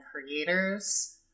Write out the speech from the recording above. creators